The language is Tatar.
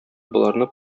боларны